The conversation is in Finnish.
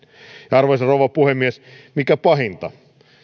arvoisa rouva puhemies mikä pahinta